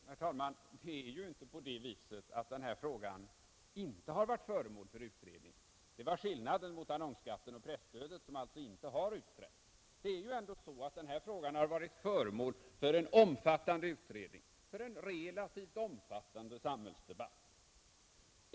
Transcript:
Herr talman! Det är inte på det sättet att denna fråga inte har varit föremål för utredning. Det var skillnaden mot annonsskatten och presstödet, som alltså inte har utretts. Denna fråga har ändå varit föremål för en omfattande utredning och för en relativt omfattande samhällsdebatt.